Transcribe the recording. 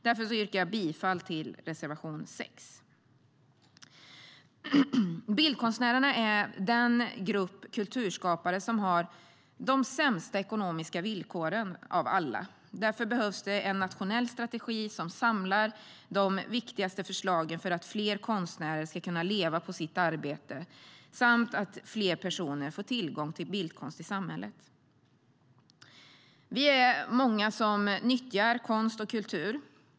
Därför yrkar jag bifall till reservation 6.Vi är många som nyttjar konst och kultur.